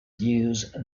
use